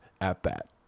at-bat